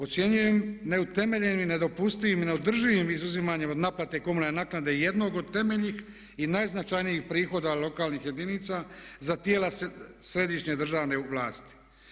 Ocjenjujem neutemeljenim, nedopustivim i neodrživim izuzimanje od naplate komunalne naknade jednog od temeljnih i najznačajnijih prihoda lokalnih jedinica za tijela središnje državne vlasti.